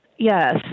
Yes